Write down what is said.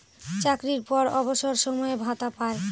চাকরির পর অবসর সময়ে ভাতা পায়